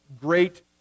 great